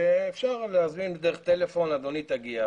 שאפשר להזמין בדרך הטלפון אדוני תגיע,